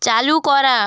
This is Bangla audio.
চালু করা